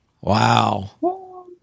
Wow